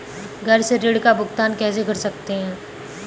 घर से ऋण का भुगतान कैसे कर सकते हैं?